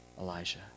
Elijah